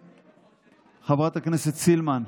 חברת הכנסת סילמן,